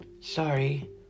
Sorry